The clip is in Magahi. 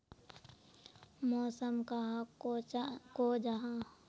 मौसम कहाक को जाहा?